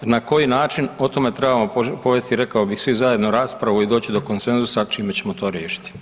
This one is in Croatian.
Na koji način, o tome trebamo povesti, rekao bih, svi zajedno raspravu i doći do konsenzusa čime ćemo to riješiti.